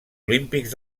olímpics